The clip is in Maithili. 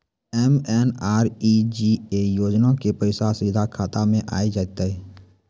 एम.एन.आर.ई.जी.ए योजना के पैसा सीधा खाता मे आ जाते?